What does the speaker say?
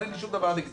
אין לי שום דבר נגדם,